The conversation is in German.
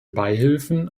beihilfen